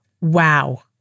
Wow